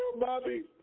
Bobby